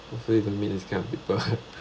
how do you even meet this kind of people